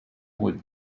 would